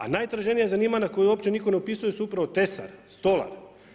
A najtraženija zanimanja, koja uopće nitko ne upisuju su upravo tesar, stolar.